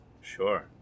Sure